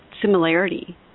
similarity